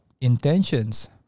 intentions